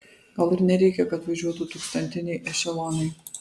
gal ir nereikia kad važiuotų tūkstantiniai ešelonai